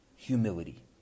Humility